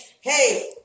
hey